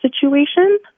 situation